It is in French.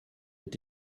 est